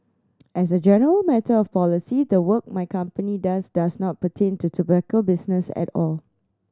as a general matter of policy the work my company does does not pertain to tobacco business at all